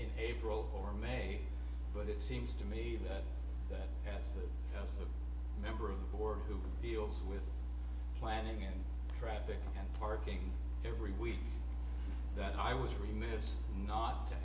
in april or may but it seems to me that that as the member of board who deals with planning and traffic and parking every week that i was removed not to